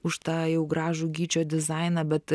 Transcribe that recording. už tą jau gražų gyčio dizainą bet